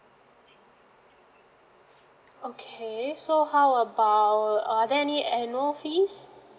okay so how about are they any annual fees